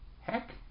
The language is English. Heck